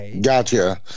Gotcha